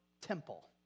temple